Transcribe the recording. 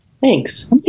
Thanks